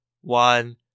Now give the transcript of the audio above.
one